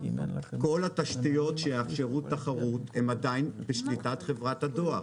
כל התשתיות שיאפשרו תחרות הן עדיין בשליטת חברת הדואר.